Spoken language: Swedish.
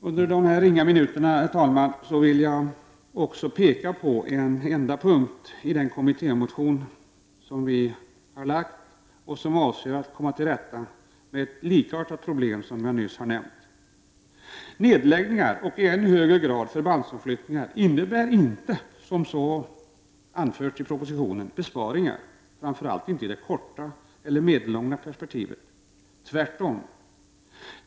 Under de här få minuterna vill jag, herr talman, också visa på en enda punkt i den kommittémotion som vi har väckt. Syftet med motionen är att komma till rätta med ett likartat problem som det jag nyss nämnt. Nedläggningar och i än högre grad förbandsomflyttningar innebär inte, som anförts i propositionen, besparingar, framför allt inte i det korta eller medellånga perspektivet — tvärtom.